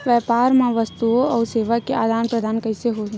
व्यापार मा वस्तुओ अउ सेवा के आदान प्रदान कइसे होही?